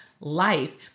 life